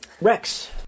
Rex